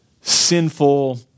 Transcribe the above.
sinful